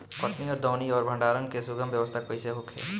कटनी और दौनी और भंडारण के सुगम व्यवस्था कईसे होखे?